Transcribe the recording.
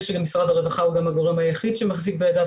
ושגם משרד הרווחה הוא גם הגורם היחיד שמחזיק בידיו